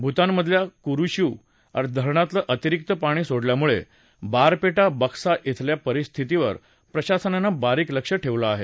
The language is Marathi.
भूतानमधल्या कुरिशू धरणातलं अतिरिक्त पाणी सोडल्यामुळे बारपेटा बक्सा इथल्या परिस्थितीवर प्रशासनानं बारीक लक्षं ठेवलं आहे